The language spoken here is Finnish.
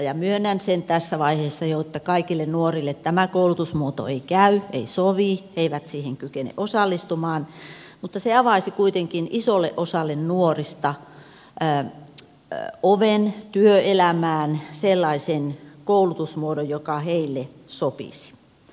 ja myönnän sen tässä vaiheessa jo että kaikille nuorille tämä koulutusmuoto ei käy ei sovi he eivät siihen kykene osallistumaan mutta se avaisi kuitenkin isolle osalle nuorista oven työelämään sellaisen koulutusmuodon joka heille sopisi